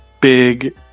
big